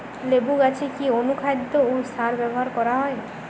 লেবু গাছে কি অনুখাদ্য ও সার ব্যবহার করা হয়?